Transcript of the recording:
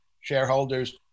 shareholders